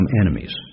enemies